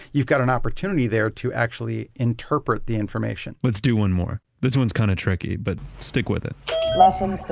you've got an opportunity there to actually interpret the information let's do one more. this one's kind of tricky. but stick with it lesson